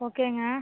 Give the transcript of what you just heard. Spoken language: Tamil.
ஓகேங்க